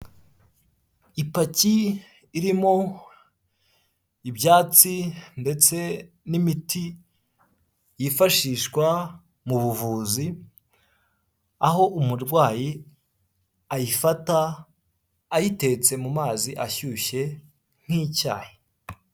Ipaki irimo ibyatsi ndetse n'imiti yifashishwa mu buvuzi, aho umurwayi ayifata ayitetse mu mazi ashyushye nk'icyayi.